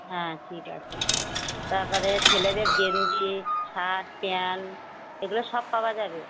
হ্যাঁ ঠিক আছে তার পরে ছেলেদের গেঞ্জি শার্ট প্যান্ট এগুলো সব পাওয়া যাবে